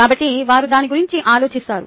కాబట్టి వారు దాని గురించి ఆలోచిస్తారు